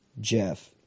Jeff